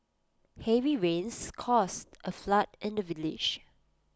heavy rains caused A flood in the village